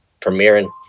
Premiering